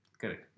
Correct